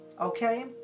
Okay